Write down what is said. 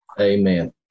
Amen